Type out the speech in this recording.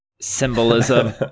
symbolism